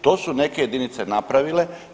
To su neke jedinice napravile.